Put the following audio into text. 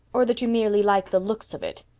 or that you merely like the looks of it?